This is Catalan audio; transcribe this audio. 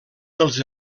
dels